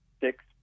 six